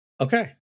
Okay